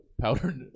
powder